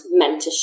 mentorship